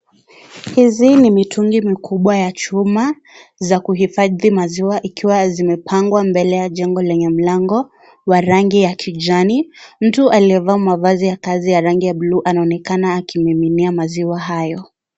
Hizi ni mitungi mikubwa ya chuma za kuhifadhi maziwa ikiwa zimepangwa mbele ya jengo lenye mlango wa rangi ya kijani mtu aliyevaa mavazi kazi ya rangi ya bluu anaonekana akimiminia maziwa hayo.